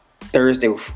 Thursday